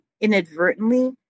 inadvertently